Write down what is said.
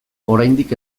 oraindik